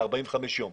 ל-45 ימים.